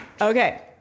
Okay